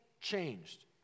changed